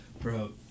Bro